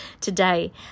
today